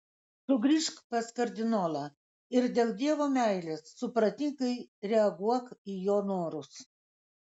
sugrįžk pas kardinolą ir dėl dievo meilės supratingai reaguok į jo norus